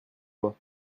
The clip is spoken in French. loi